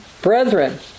brethren